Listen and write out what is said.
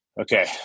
okay